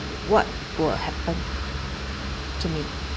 what will happen to me